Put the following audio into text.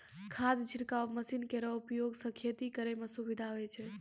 खाद छिड़काव मसीन केरो उपयोग सँ खेती करै म सुबिधा होय छै